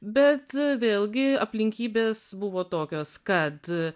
bet vėlgi aplinkybės buvo tokios kad